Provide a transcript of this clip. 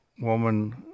woman